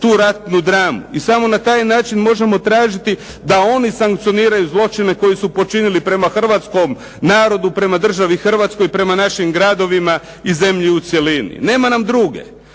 tu ratnu dramu i samo na taj način možemo tražiti da oni sankcioniraju zločine koji su počinili prema hrvatskom narodu, prema državi Hrvatskoj, prema našim gradovima i zemlji u cjelini. Nema nam druge,